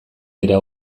dira